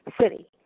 City